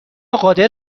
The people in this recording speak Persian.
قادر